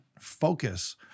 focus